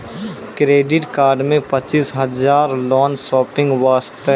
Credit card मे पचीस हजार हजार लोन शॉपिंग वस्ते?